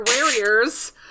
warriors